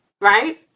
right